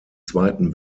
zweiten